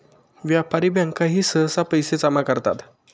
व्यापारी बँकाही सहसा पैसे जमा करतात